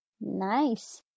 Nice